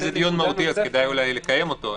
זה דיון מהותי אז כדאי אולי לקיים אותו.